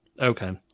Okay